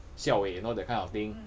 siao eh you know that kind of thing